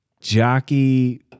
Jockey